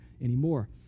anymore